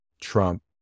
Trump